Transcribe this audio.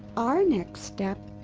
our next step?